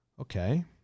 Okay